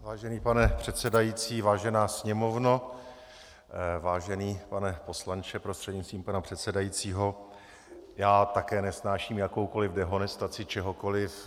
Vážený pane předsedající, vážená Sněmovno, vážený pane poslanče prostřednictvím pana předsedajícího, já také nesnáším jakoukoliv dehonestaci čehokoliv.